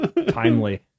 timely